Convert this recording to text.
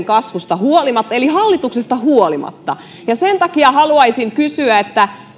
kasvusta huolimatta eli hallituksesta huolimatta sen takia haluaisin kysyä